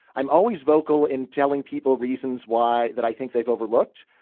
i'm always vocal in telling people reasons why that i think they've overlooked.